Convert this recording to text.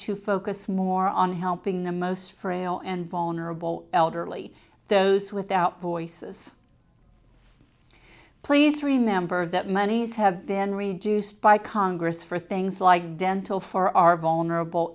to focus more on helping the most frail and vulnerable elderly those without voices please remember that monies have been reduced by congress for things like dental for our vulnerable